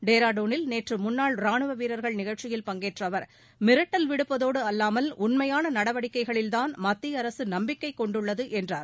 டெராடுனில் நேற்று முன்னாள் ராணுவ வீரர்கள் நிகழ்ச்சியில் பங்கேற்ற அவர் மிரட்டல் விடுப்பதோடு அல்லாமல் உண்மையான நடவடிக்கைகளில்தான் மத்திய அரசு நம்பிக்கை கொண்டுள்ளது என்றார்